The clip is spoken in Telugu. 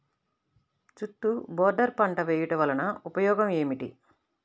చుట్టూ బోర్డర్ పంట వేయుట వలన ఉపయోగం ఏమిటి?